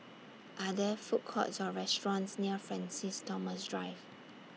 Are There Food Courts Or restaurants near Francis Thomas Drive